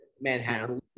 Manhattan